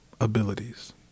abilities